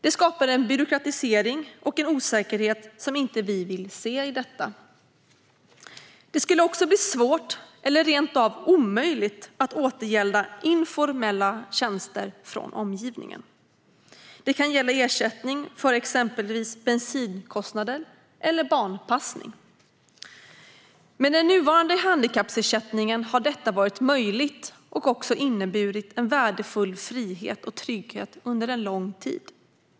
Det skapar en byråkratisering och en osäkerhet som vi inte vill se i detta. Det skulle också bli svårt, eller rent av omöjligt, att återgälda informella tjänster från omgivningen. Det kan gälla ersättning för exempelvis bensinkostnader eller barnpassning. Med den nuvarande handikappersättningen har detta varit möjligt och inneburit en värdefull frihet och trygghet under en lång tid.